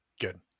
Good